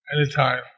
anytime